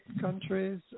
countries